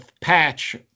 patch